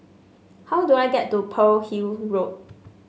how do I get to Pearl Hill Road